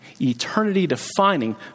eternity-defining